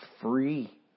free